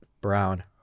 brown